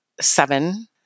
seven